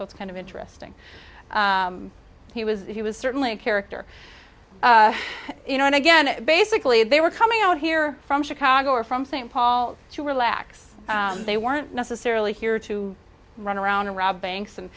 so it's kind of interesting he was he was certainly a character you know and again basically they were coming out here from chicago or from st paul to relax they weren't necessarily here to run around or rob banks and